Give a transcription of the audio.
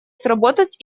сработать